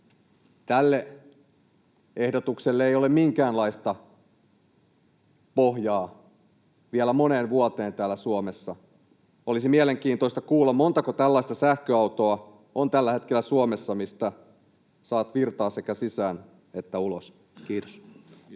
Tälle ehdotukselle ei ole minkäänlaista pohjaa vielä moneen vuoteen täällä Suomessa. Olisi mielenkiintoista kuulla, montako tällaista sähköautoa on tällä hetkellä Suomessa, mistä saa virtaa sekä sisään että ulos. — Kiitos.